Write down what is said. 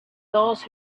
those